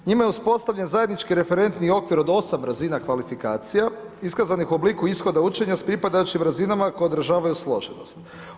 Njime je uspostavljen zajednički referentni okvir od 8 razina kvalifikacija iskazanih u obliku ishoda učenja s pripadajućim razinama koje održavaju složenost.